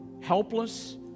helpless